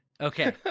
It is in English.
okay